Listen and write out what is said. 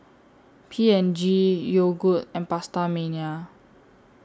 P and G Yogood and PastaMania